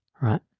right